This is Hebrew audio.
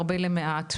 הרבה למעט,